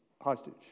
hostage